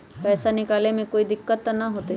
पैसा निकाले में कोई दिक्कत त न होतई?